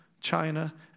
China